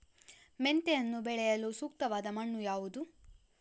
ಮೆಂತೆಯನ್ನು ಬೆಳೆಯಲು ಸೂಕ್ತವಾದ ಮಣ್ಣು ಯಾವುದು?